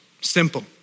Simple